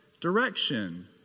direction